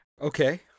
Okay